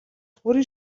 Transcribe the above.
хүрэн